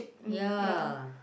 yeah